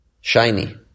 shiny